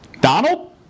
Donald